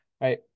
right